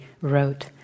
wrote